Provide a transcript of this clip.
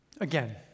again